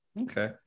Okay